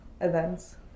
events